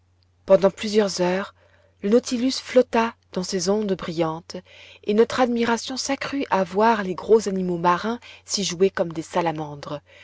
pendant plusieurs heures le nautilus flotta dans ces ondes brillantes et notre admiration s'accrut à voir les gros animaux marins s'y jouer comme des salamandres